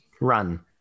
run